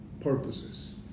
purposes